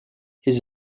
his